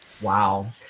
Wow